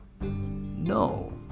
No